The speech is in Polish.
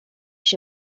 się